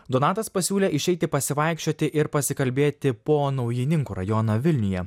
donatas pasiūlė išeiti pasivaikščioti ir pasikalbėti po naujininkų rajoną vilniuje